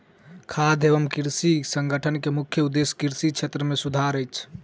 खाद्य एवं कृषि संगठन के मुख्य उदेश्य कृषि क्षेत्र मे सुधार अछि